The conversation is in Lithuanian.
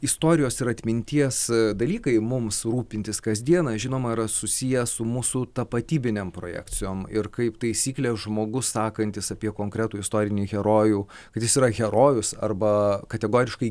istorijos ir atminties dalykai mums rūpintys kasdieną žinoma yra susiję su mūsų tapatybinėm projekcijom ir kaip taisyklė žmogus sakantis apie konkretų istorinį herojų kad jis yra herojus arba kategoriškai